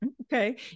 Okay